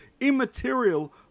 immaterial